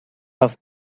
off